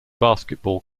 basketball